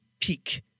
peak